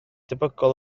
debygol